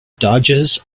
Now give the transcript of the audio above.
dodges